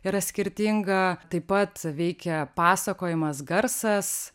yra skirtinga taip pat veikia pasakojimas garsas